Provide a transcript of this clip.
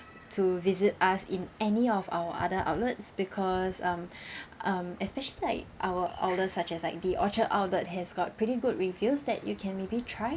to visit us in any of our other outlets because um um especially like our outlets such as like the orchard outlet has got pretty good reviews that you can maybe try